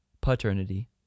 paternity